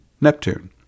Neptune